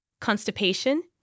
Constipation